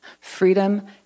freedom